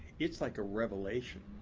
it's like a revelation.